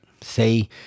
Say